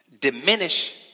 diminish